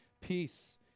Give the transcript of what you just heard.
peace